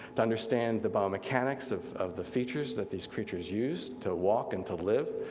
to understand the biomechanics of of the features that these creatures use to walk and to live,